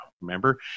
Remember